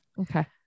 okay